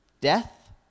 death